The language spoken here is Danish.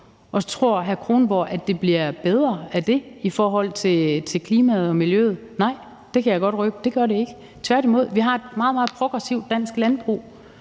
Kronborg, at det bliver bedre af det i forhold til klimaet og miljøet? Nej, det kan jeg godt røbe at det ikke gør, tværtimod. Vi har et meget, meget progressivt dansk landbrug,